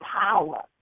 power